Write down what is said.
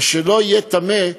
ולא יהיה טמא,